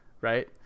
right